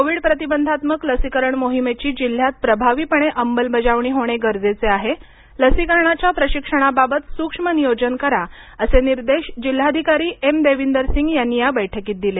Covid प्रतिबंधात्मक लसीकरण मोहिमेची जिल्ह्यात प्रभावीपणे अंमलबजावणी होणे गरजेचे आहे लसीकरणाच्या प्रशिक्षणाबाबत सुक्ष्म नियोजन करा असे निर्देश जिल्हाधिकारी एम देविंदरसिंग यांनी या बैठकीत दिले